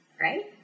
right